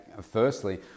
firstly